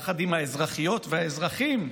יחד עם האזרחיות והאזרחים,